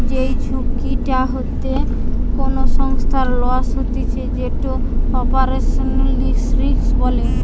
যেই ঝুঁকিটা হইতে কোনো সংস্থার লস হতিছে যেটো অপারেশনাল রিস্ক বলে